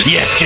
Yes